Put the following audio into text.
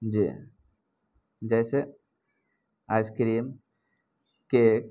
جی جیسے ice cream cake